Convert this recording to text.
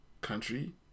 country